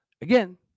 Again